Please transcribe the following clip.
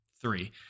three